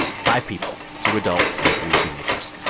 five people two adults and three teenagers.